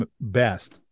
best